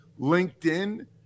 LinkedIn